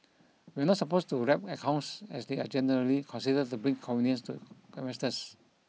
we are not opposed to wrap accounts as they are generally considered to bring convenience to investors